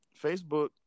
Facebook